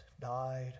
died